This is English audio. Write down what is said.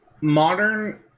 Modern